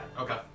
Okay